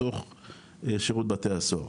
בתוך שירות בתי הסוהר.